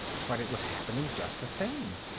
but it was happening just the same.